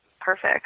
perfect